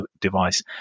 device